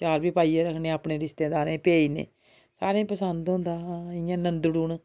चार बी पाइयै रक्खने अपने रिश्तेदारें गी भेजने सारें गी पसंद होंदा जियां नंदड़ू न